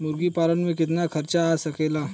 मुर्गी पालन में कितना खर्च आ सकेला?